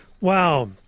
Wow